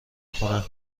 خونه